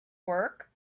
work